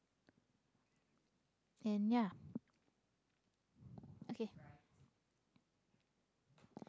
and ya okay